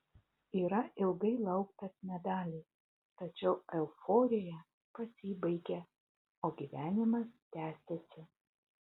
yra ilgai lauktas medalis tačiau euforija pasibaigia o gyvenimas tęsiasi